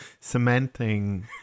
cementing